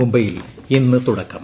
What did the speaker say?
മൂംബൈയിൽ ഇന്ന് തുടക്കം